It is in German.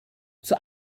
zur